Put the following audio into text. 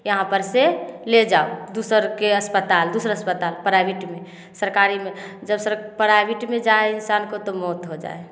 यहाँ पर से ले जाओ दूसरेके अस्पताल दूसरा अस्पताल प्राइवेटमे सरकारीमे जब सर प्राइवेटमे जाइ इन्सानके तऽ मौत हो जाइ हइ